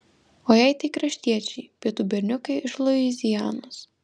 o jei tai kraštiečiai pietų berniukai iš luizianos